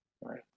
Right